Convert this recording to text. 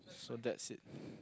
so that's it